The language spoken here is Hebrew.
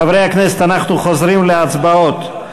חברי הכנסת, אנחנו חוזרים להצבעות.